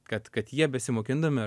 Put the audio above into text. kad kad jie besimokindami